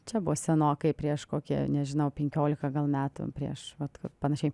čia buvo senokai prieš koki nežinau penkiolika gal metų prieš vat panašiai